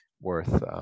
worth